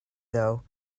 though